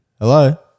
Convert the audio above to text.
Hello